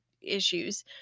issues